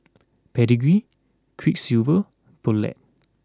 Pedigree Quiksilver Poulet